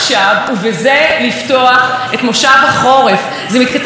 שאמור היה להיות ראש ממשלה של כל מדינת ישראל.